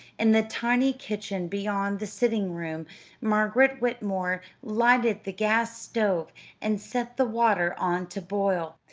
in the tiny kitchen beyond the sitting-room margaret whitmore lighted the gas-stove and set the water on to boil.